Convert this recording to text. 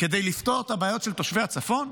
כדי לפתור את הבעיות של תושבי הצפון?